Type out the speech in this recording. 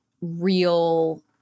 real